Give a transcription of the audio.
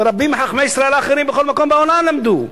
ורבים מחכמי ישראל האחרים, בכל מקום בעולם, למדו.